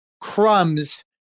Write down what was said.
crumbs